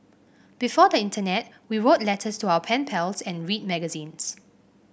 before the internet we wrote letters to our pen pals and read magazines